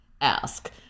ask